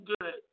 good